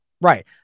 Right